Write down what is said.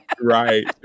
Right